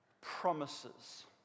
promises